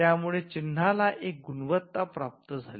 त्या मुळे चिन्हाला एक गुणवत्ता प्राप्त झाली